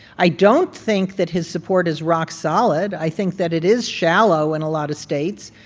i don't think that his support is rock solid i think that it is shallow in a lot of states.